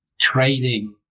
trading